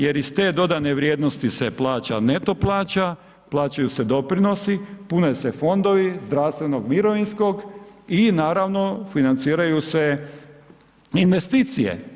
Jer iz te dodane vrijednosti se plaća neto plaća, plaćaju se doprinosi, pune se fondovi zdravstvenog, mirovinskog i naravno financiraju se investicije.